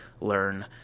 learn